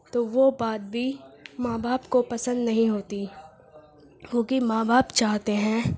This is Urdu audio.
تو وہ بات بھی ماں باپ کو پسند نہیں ہوتی کیوںکہ ماں باپ چاہتے ہیں